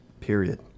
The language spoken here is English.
period